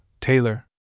Taylor